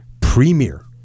premier